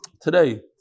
today